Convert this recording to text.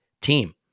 team